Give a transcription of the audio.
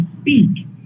speak